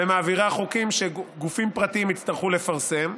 ומעבירה חוקים שגופים פרטיים יצטרכו לפרסם.